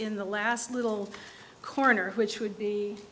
in the last little corner which would be